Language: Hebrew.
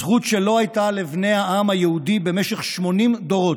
זכות שלא הייתה לבני העם היהודי במשך 80 דורות.